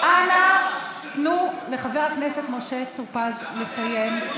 אנא, תנו לחבר הכנסת משה טור פז לסיים.